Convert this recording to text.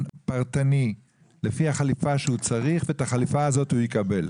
פרטני לפי החליפה שהוא צריך ואת החליפה הזאת הוא יקבל?